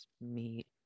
meet